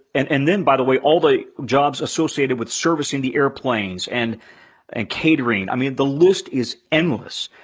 and and then, by the way, all the jobs associated with servicing the airplanes and and catering. i mean, the list is endless,